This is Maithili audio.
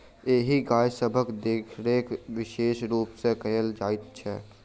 एहि गाय सभक देखरेख विशेष रूप सॅ कयल जाइत छै